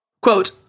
Quote